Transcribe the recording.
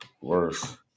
Worse